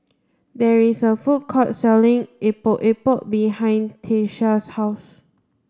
there is a food court selling Epok Epok behind Tyesha's house